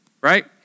Right